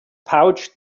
pouch